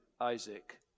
Isaac